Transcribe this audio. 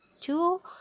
Two